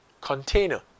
container